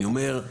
אני אומר: